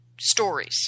stories